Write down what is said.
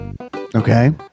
Okay